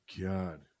God